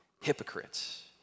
hypocrites